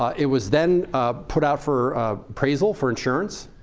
it was then put out for appraisal for insurance.